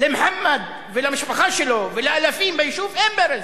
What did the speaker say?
למוחמד ולמשפחה שלו ולאלפים ביישוב אין ברז.